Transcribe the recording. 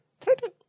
threaten